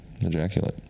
ejaculate